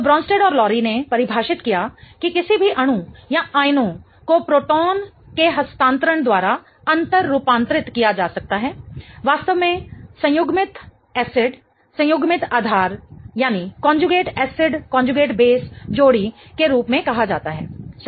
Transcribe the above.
तो ब्रोंस्टेड और लोरी ने परिभाषित किया कि किसी भी अणु या आयनों को प्रोटॉन के हस्तांतरण द्वारा अंतर रूपांतरित किया जा सकता है वास्तव में संयुग्मित एसिड संयुग्मित आधार जोड़ी के रूप में कहा जाता है सही